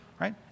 right